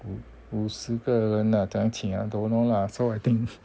五五十个人啊怎样请啊 don't know lah so I think